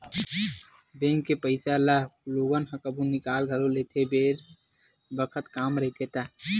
bank के पइसा ल लोगन ह कभु निकाल घलो लेथे बेरा बखत काम रहिथे ता